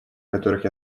которых